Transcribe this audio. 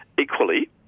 equally